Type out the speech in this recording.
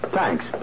thanks